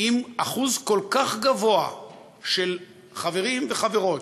אם אחוז כל כך גבוה של חברים וחברות,